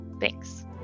Thanks